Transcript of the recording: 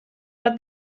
bat